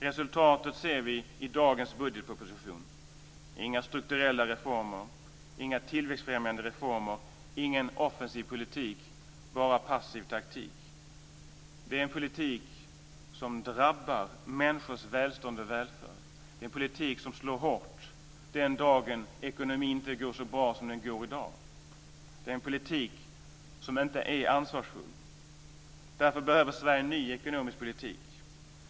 Resultatet ser vi i dagens budgetproposition: inga strukturella reformer, inga tillväxtfrämjande reformer, ingen offensiv politik, bara passiv taktik. Det är en politik som drabbar människors välstånd och välfärd. Det är en politik som slår hårt den dag ekonomin inte går så bra som den går i dag. Det är en politik som inte är ansvarsfull. Därför behöver Sverige en ny ekonomisk politik.